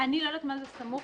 --- אני לא יודעת מה זה "סמוך".